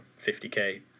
50k